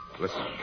listen